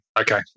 Okay